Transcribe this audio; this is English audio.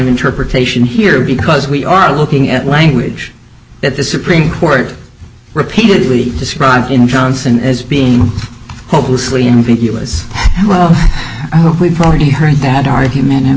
interpretation here because we are looking at language that the supreme court repeatedly described in johnson as being hopelessly in pink us we've already heard that argument and